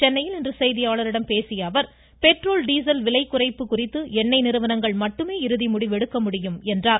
சென்னையில் இன்று செய்தியாளர்களிடம் பேசிய அவர் பெட்ரோல் டீசல் விலை குறைப்பு குறித்து எண்ணெய் நிறுவனங்கள் மட்டுமே இறுதி முடிவு எடுக்க முடியும் என்று தெரிவித்தார்